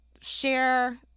share